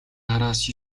араас